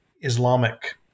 Islamic